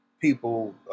people